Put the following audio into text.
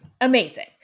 Amazing